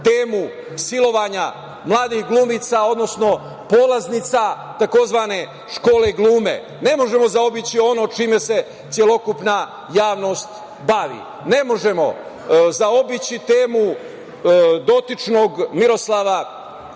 temu silovanja mladih glumica, odnosno polaznica tzv. škole glume, ne možemo zaobići ono o čemu se celokupna javnost bavi. Ne možemo zaobići temu dotičnog Miroslava